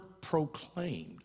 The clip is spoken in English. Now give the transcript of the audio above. proclaimed